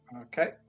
Okay